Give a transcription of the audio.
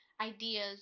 ideas